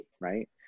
right